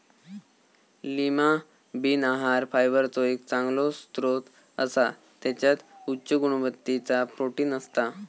Lima bean आहार फायबरचो एक चांगलो स्त्रोत असा त्याच्यात उच्च गुणवत्तेचा प्रोटीन असता